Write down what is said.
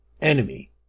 enemy